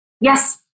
Yes